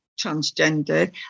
transgender